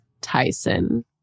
Tyson